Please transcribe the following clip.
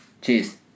Cheers